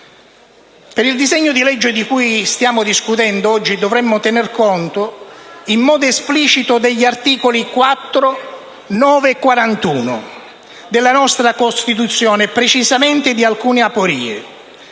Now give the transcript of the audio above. Per il disegno di legge di cui stiamo discutendo oggi dovremmo tener conto in modo esplicito degli articoli 4, 9 e 41 della nostra Costituzione e precisamente di alcune aporie